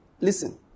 listen